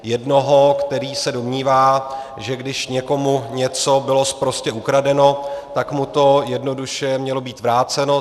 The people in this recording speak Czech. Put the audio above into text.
Jednoho, který se domnívá, že když někomu něco bylo sprostě ukradeno, tak mu to jednoduše mělo být vráceno.